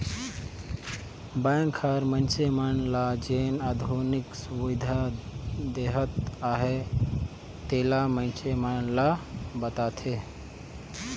bank हर मइनसे मन ल जेन आधुनिक सुबिधा देहत अहे तेला मइनसे मन ल बताथे